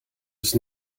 ist